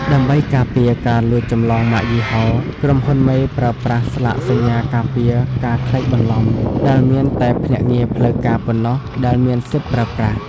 ដើម្បីការពារ "ការលួចចម្លងម៉ាកយីហោ" ក្រុមហ៊ុនមេប្រើប្រាស់ "ស្លាកសញ្ញាការពារការក្លែងបន្លំ" ដែលមានតែភ្នាក់ងារផ្លូវការប៉ុណ្ណោះដែលមានសិទ្ធិប្រើប្រាស់។